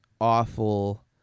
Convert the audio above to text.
awful